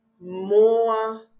more